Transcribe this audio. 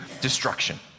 destruction